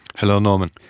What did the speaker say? hello norman.